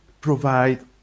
provide